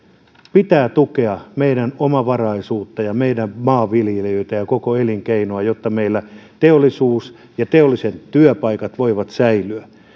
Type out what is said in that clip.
pitää tukea meidän omavaraisuutta ja meidän maanviljelijöitä ja koko elinkeinoa jotta meillä teollisuus ja teolliset työpaikat voivat säilyä